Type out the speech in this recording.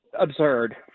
absurd